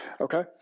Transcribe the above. okay